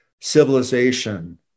civilization